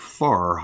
far